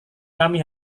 kami